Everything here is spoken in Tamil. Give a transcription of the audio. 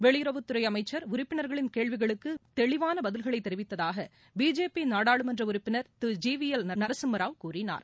வெளியுறவுத்துறைஅமைச்சர் உறுப்பினர்களின் கேள்விகளுக்குமிகத் தெளிவானபதில்களைதெரிவித்ததாக பிஜேபிநாடாளுமன்றஉறுப்பினர் திரு ஜி விஎல் நரசிம்மராவ் கூறினார்